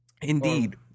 Indeed